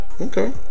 Okay